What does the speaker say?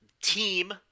Team